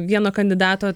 vieno kandidato